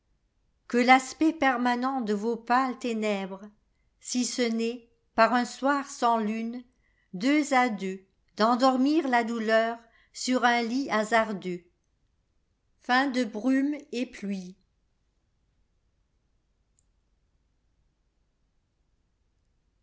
que l'aspect permanent de vos pâles ténèbres si ce n'est par un soir sans lune deux à deux d'endormir la douleur sur un lit hasardeux